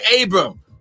Abram